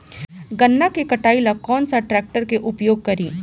गन्ना के कटाई ला कौन सा ट्रैकटर के उपयोग करी?